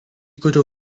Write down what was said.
kurių